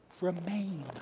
remain